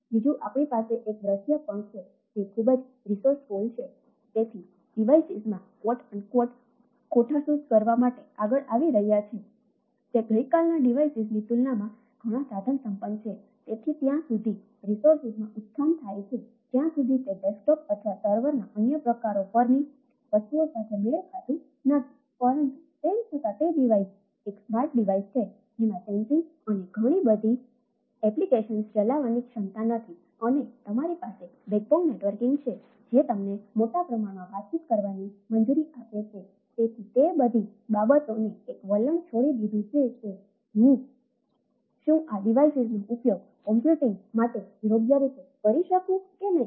બીજું આપણી પાસે એક દૃશ્ય પણ છે જે ખૂબ જ રિસોર્સફૂલ નો ઉપયોગ કોમ્પ્યુટીંગ માટે યોગ્ય રીતે કરી શકું છું કે નહીં